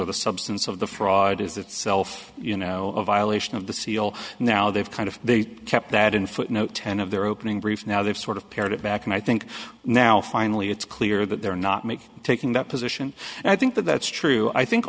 or the substance of the fraud is itself you know a violation of the seal now they've kind of they kept that in footnote ten of their opening brief now they've sort of pared it back and i think now finally it's clear that they're not making taking that position and i think that that's true i think